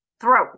throat